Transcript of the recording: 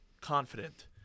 confident